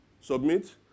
Submit